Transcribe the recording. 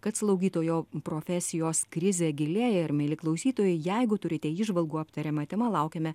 kad slaugytojo profesijos krizė gilėja ir mieli klausytojai jeigu turite įžvalgų aptariama tema laukiame